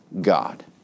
God